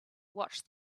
watched